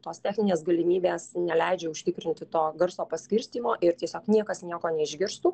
tos techninės galimybės neleidžia užtikrinti to garso paskirstymo ir tiesiog niekas nieko neišgirstų